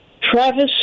Travis